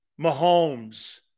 Mahomes